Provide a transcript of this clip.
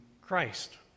Christ